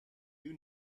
you